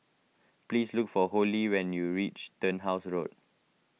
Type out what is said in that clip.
please look for Holly when you reach Turnhouse Road